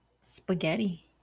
spaghetti